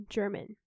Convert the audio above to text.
German